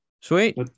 Sweet